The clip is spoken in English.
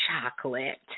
chocolate